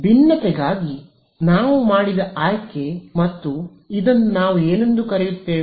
ಭಿನ್ನತೆಗಾಗಿ ನಾವು ಮಾಡಿದ ಆಯ್ಕೆ ಮತ್ತು ಇದನ್ನು ನಾವು ಏನೆಂದು ಕರೆಯುತ್ತೇವೆ